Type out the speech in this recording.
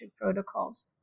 protocols